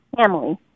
family